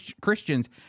Christians